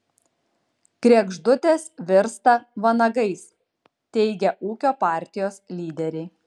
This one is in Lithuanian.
kregždutės virsta vanagais teigia ūkio partijos lyderiai